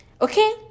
Okay